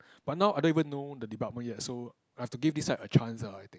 but now I don't even know the department yet so I have to give this side a chance ah I think